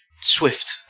swift